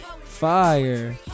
Fire